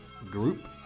group